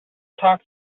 talk